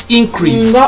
increase